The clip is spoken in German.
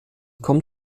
kommt